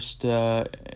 first